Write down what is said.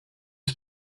his